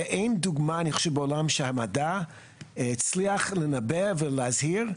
שאין דוגמה אני חושב בעולם שהמדע הצליח לנבא ולהזהיר,